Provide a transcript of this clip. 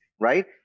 right